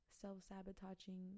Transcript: self-sabotaging